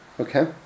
Okay